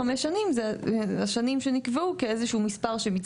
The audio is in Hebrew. חמש שנים אלה השנים שנקבעו כאיזה שהוא מספר כדי לאפשר,